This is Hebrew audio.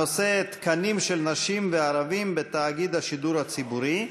הנושא: תקנים של נשים וערבים בתאגיד השידור הציבורי.